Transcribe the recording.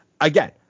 again